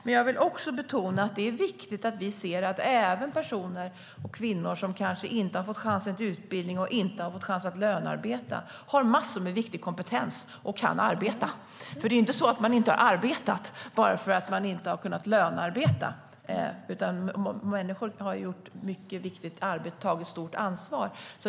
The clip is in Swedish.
Men jag vill betona att det är viktigt att vi ser att även kvinnor som inte har fått chansen till utbildning eller att lönearbeta har massor av viktig kompetens och kan arbeta. Det är ju inte så att man inte har arbetat bara för att man inte har kunnat lönearbeta. Det här är människor som har gjort ett mycket viktigt arbete och tagit stort ansvar.